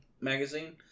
Magazine